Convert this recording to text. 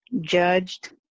judged